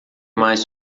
mais